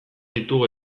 ditugu